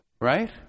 right